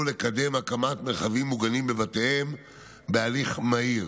לקדם הקמת מרחבים מוגנים בבתיהם בהליך מהיר.